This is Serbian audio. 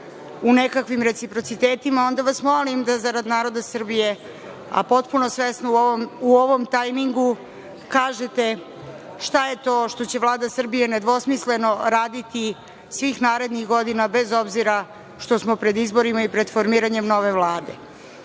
u nekakvim reciprocitetima. Onda vas molim da zarad naroda Srbije, a potpuno svesno u ovom tajmingu, kažete šta je to što će Vlada Srbije nedvosmisleno raditi svih narednih godina, bez obzira što smo pred izborima i pred formiranjem nove